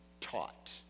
taught